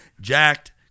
jacked